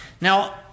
Now